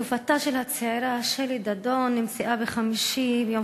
גופתה של הצעירה שלי דדון נמצאה ביום